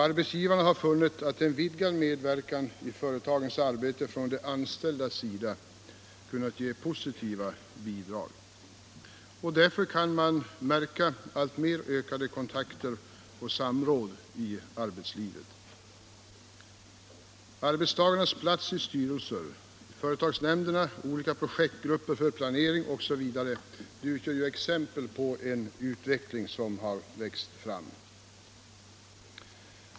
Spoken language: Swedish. Arbetsgivaren har funnit att en vidgad medverkan i företagens arbete från de anställdas sida kunnat ge positiva bidrag. Därför kan man märka alltmer ökade kontakter och samråd i arbetslivet. Arbetstagarnas plats i styrelser, företagsnämnder och olika projektgrupper för planering utgör exempel på en utveckling som vuxit fram.